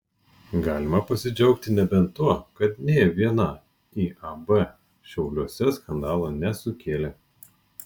galima pasidžiaugti nebent tuo kad nė viena iab šiauliuose skandalo nesukėlė